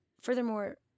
furthermore